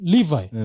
Levi